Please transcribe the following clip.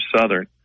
Southern